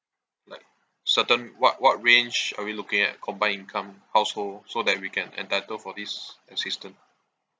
like certain what what range are we looking at combined income household so that we can entitled for this assistance